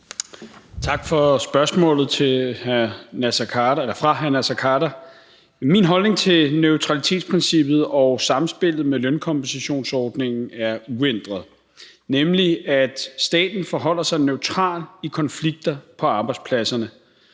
for spørgsmålet. Min holdning til neutralitetsprincippet og samspillet med lønkompensationsordningen er uændret, nemlig at staten forholder sig neutralt i konflikter på arbejdspladserne.